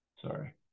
Sorry